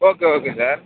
okay okay sir